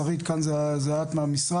שרית כאן זה את מהמשרד,